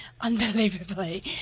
unbelievably